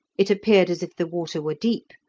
it appeared as if the water were deep,